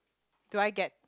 do I get